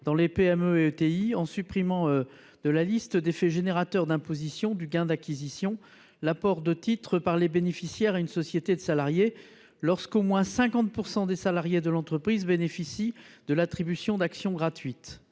fin, nous proposons de supprimer de la liste des faits générateurs d’imposition du gain d’acquisition l’apport de titres par les bénéficiaires à une société de salariés quand au moins 50 % des salariés de l’entreprise bénéficient de l’attribution d’actions gratuites.